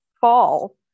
fall